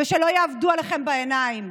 ושלא יעבדו עליכם בעיניים,